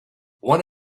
one